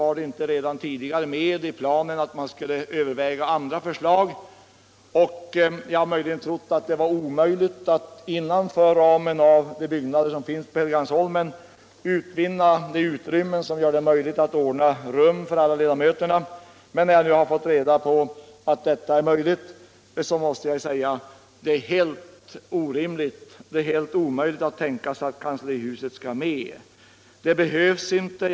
Ingick det inte tidigare i planen att man skulle överväga andra förslag? Jag hade först trott att det var omöjligt att inom ramen för de byggnader som finns på Helgeandsholmen utvinna de utrymmen som gör att man kan ordna rum för alla ledamöter. Men när jag nu fått reda på att detta är möjligt måste jag säga att det är helt orimligt att tänka sig att kanslihuset skall vara med. Det behövs inte.